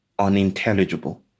unintelligible